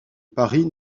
paris